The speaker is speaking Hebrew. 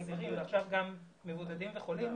אסירים ועכשיו גם מבודדים וחולים